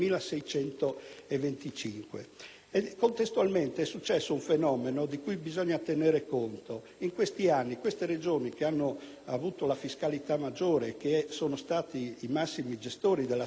Contestualmente è accaduto un fenomeno di cui occorre tener conto. In questi anni le Regioni che hanno avuto la fiscalità maggiore e sono stati i massimi gestori della solidarietà nazionale hanno